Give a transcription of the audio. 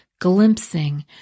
glimpsing